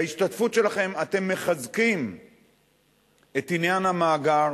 בהשתתפות שלכם אתם מחזקים את עניין המאגר.